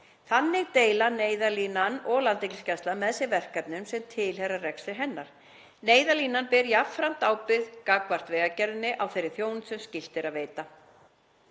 Þannig deila Neyðarlínan og Landhelgisgæslan með sér verkefnum sem tilheyra rekstri hennar. Neyðarlínan ber jafnframt ábyrgð gagnvart Vegagerðinni á þeirri þjónustu sem skylt er að veita.